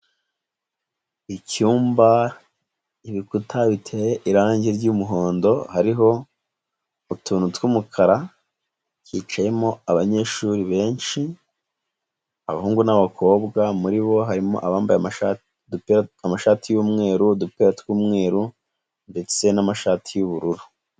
Icyumba ibikuta biteye irangi ry'umuhondo, hariho utuntu tw'umukara, cyicayemo abanyeshuri benshi, abahungu n'abakobwa, muri bo harimo abambaye amashati y'umweru, udupira tw'umweru, ndetse n'amashati y'ubururu.